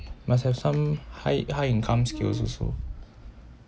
must have some high high income skills also